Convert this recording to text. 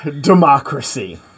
democracy